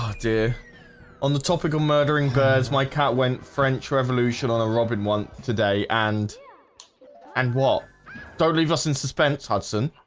dear on the topic of murdering birds. my cat went french revolution on a robin one today and and what don't leave us in suspense hudson?